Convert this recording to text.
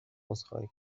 عذرخواهی